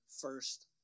first